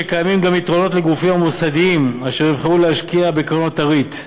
שקיימים גם יתרונות לגופים המוסדיים אשר יבחרו להשקיע בקרנות הריט.